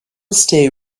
stay